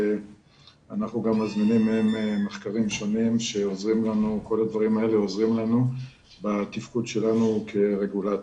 אנחנו גם מזמינים מהם מחקרים שונים שעוזרים לנו בתפקוד שלנו כרגולטורים.